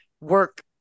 work